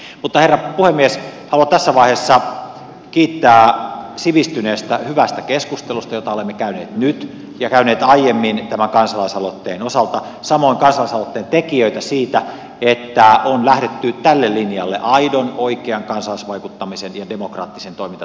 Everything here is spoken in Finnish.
mutta herra puhemies haluan tässä vaiheessa kiittää sivistyneestä hyvästä keskustelusta jota olemme käyneet nyt ja käyneet aiemmin tämän kansalaisaloitteen osalta samoin kansalaisaloitteen tekijöitä siitä että on lähdetty tälle linjalle aidon oikean kansalaisvaikuttamisen ja demokraattisten toimintatapojen linjalle